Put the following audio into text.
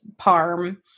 parm